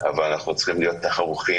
אבל אנחנו צריכים להיות ערוכים